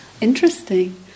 Interesting